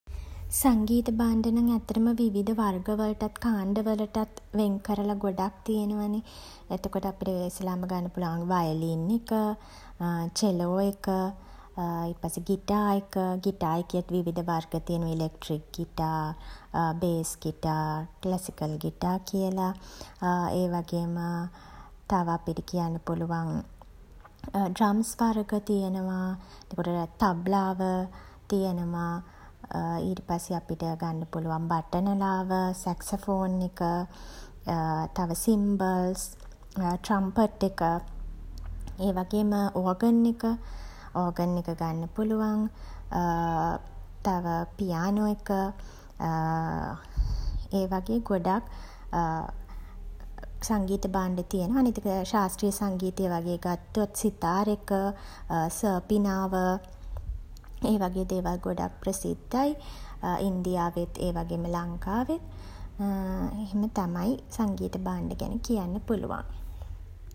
සංගීත භාණ්ඩ නම් ඇත්තටම විවිධ වර්ග වලටත් කාණ්ඩ වලටත් වෙන් කරල ගොඩක් තියෙනවනේ. එතකොට අපිට ඉසේල්ලාම ගන්න පුළුවන් වයලීන් එක චෙලෝ එක ඊට පස්සේ ගිටාර් එක ගිටාර් එකෙත් විවිධ වර්ග තියෙනවා. Electric guitar base guitar classical guitar කියල. ඒ වගේම තව අපිට කියන්න පුළුවන් ඩ්‍රම්ස් වර්ග තියෙනවා. එතකොට තබ්ලාව තියෙනවා. ඊට පස්සේ අපිට ගන්න පුළුවන් බට නලාව. සැක්සෆෝන් එක තව සිම්බල්ස් ට්‍රම්පට් එක ඒ වගේම ඕගන් එක ඕගන් එක ගන්න පුළුවන්. තව පියානෝ එක ඒ වගේ ගොඩක් සංගීත භාණ්ඩ තියෙනවා. අනිත් එක ශාස්ත්‍රීය සංගීතය වගේ ගත්තොත් සිතාර් එක සර්පිනාව ඒ වගේ දේවල් ගොඩක් ප්‍රසිද්ධයි ඉන්දියාවෙත් ඒ වගේම ලංකාවෙත් එහෙම තමයි සංගීත භාණ්ඩ ගැන කියන්න පුළුවන්.